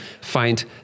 find